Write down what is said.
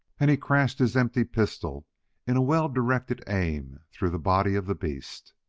and he crashed his empty pistol in well-directed aim through the body of the beast.